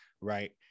right